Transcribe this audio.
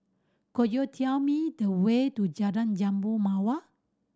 could you tell me the way to Jalan Jambu Mawar